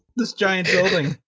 this giant building,